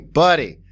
buddy